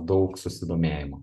daug susidomėjimo